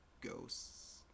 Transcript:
ghosts